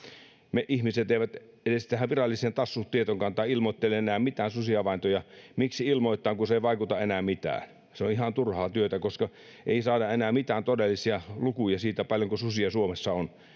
ihmiset eivät edes tähän viralliseen tassu tietokantaan ilmoittele enää mitään susihavaintoja miksi ilmoittaa kun se ei vaikuta enää mitään se on ihan turhaa työtä koska ei saada enää mitään todellisia lukuja siitä paljonko susia suomessa on